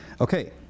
Okay